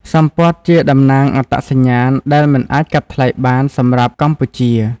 សំពត់ជាតំណាងអត្តសញ្ញាណដែលមិនអាចកាត់ថ្លៃបានសម្រាប់កម្ពុជា។